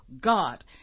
God